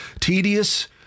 tedious